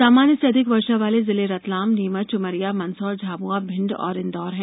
सामान्य से अधिक वर्षा वाले जिले रतलाम नीमच उमरिया मंदसौर झाबुआ भिण्ड और इंदौर हैं